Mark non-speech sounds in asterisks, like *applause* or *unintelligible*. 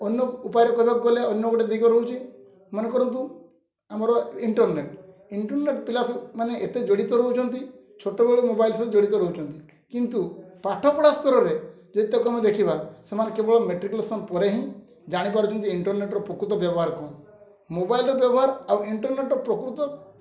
ଅନ୍ୟ ଉପାୟରେ କହିବାକୁ ଗଲେ ଅନ୍ୟ ଗୋଟେ ଦିଗ ରହୁଛି ମନେ କରନ୍ତୁ ଆମର ଇଣ୍ଟର୍ନେଟ ଇଣ୍ଟରର୍ନେଟ୍ ପିଲା *unintelligible* ମାନେ ଏତେ ଜଡ଼ିତ ରହୁଛନ୍ତି ଛୋଟବେଳେ ମୋବାଇଲ୍ ସହିତ ଜଡ଼ିତ ରହୁଛନ୍ତି କିନ୍ତୁ ପାଠପଢ଼ା ସ୍ତରରେ ଯଦି *unintelligible* ଦେଖିବା ସେମାନେ କେବଳ ମେଟ୍ରିକ୍ୟୁଲେସନ୍ ପରେ ହିଁ ଜାଣିପାରୁଛନ୍ତି ଇଣ୍ଟରର୍ନେଟ୍ର ପ୍ରକୃତ ବ୍ୟବହାର କ'ଣ ମୋବାଇଲ୍ର ବ୍ୟବହାର ଆଉ ଇଣ୍ଟରର୍ନେଟ୍ର ପ୍ରକୃତ